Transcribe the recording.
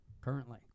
currently